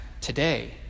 today